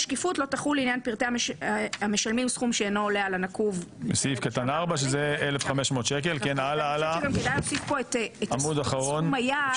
מבקר המדינה צריך לאשר את העילה, וכמובן,